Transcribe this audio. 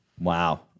Wow